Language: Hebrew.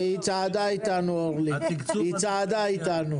אני מברך את המשרד, הוא משרד חשוב מאוד.